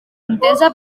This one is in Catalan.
contesa